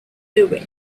irving